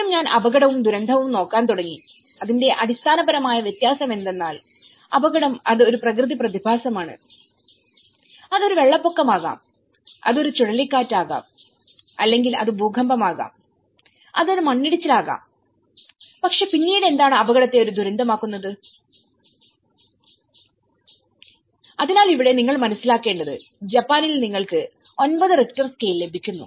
ആദ്യം ഞാൻ അപകടവും ദുരന്തവും നോക്കാൻ തുടങ്ങി അതിന്റെ അടിസ്ഥാനപരമായ വ്യത്യാസം എന്തെന്നാൽ അപകടം അത് ഒരു പ്രകൃതി പ്രതിഭാസമാണ് അത് ഒരു വെള്ളപ്പൊക്കം ആകാം അത് ഒരു ചുഴലിക്കാറ്റ് ആകാം അല്ലെങ്കിൽ അത് ഭൂകമ്പമാകാം അത് ഒരു മണ്ണിടിച്ചിലാകാം പക്ഷേ പിന്നീട് എന്താണ് അപകടത്തെ ഒരു ദുരന്തമാക്കുന്നത് അതിനാൽ ഇവിടെ നിങ്ങൾ മനസ്സിലാക്കേണ്ടത് ജപ്പാനിൽ നിങ്ങൾക്ക് 9 റിക്ടർ സ്കേൽ ലഭിക്കുന്നു